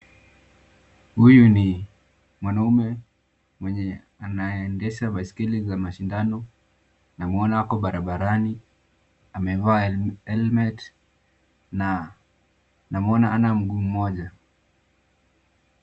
Huyu ni mwanaume mwenye anaendesha baisikeli za mashindano namuona ako bara barani amevaa helmet na namuona hana mguu moja